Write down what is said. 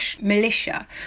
militia